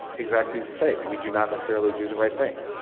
exactly as you say, we do not necessarily do the right thing.